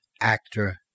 actor